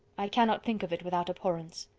i cannot think of it without abhorrence.